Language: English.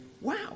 wow